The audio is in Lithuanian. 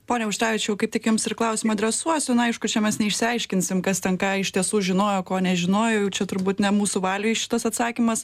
pone auštrevičiau kaip tik jums ir klausimą adresuosiu na aišku čia mes neišsiaiškinsim kas ten ką iš tiesų žinojo ko nežinojo jau čia turbūt ne mūsų valioj šitas atsakymas